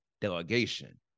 delegation